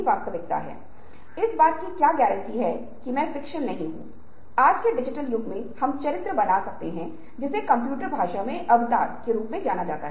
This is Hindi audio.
संभावित समाधान क्या हो सकते हैं या उस विशेष मुद्दे पर संभावित निर्णय या निर्णय क्या हो सकता है